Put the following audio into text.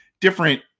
different